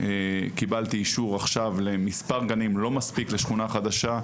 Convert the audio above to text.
קיבלתי עכשיו אישור למספר גנים לא מספיק לשכונה חדשה,